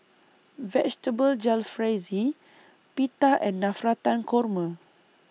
Vegetable Jalfrezi Pita and Navratan Korma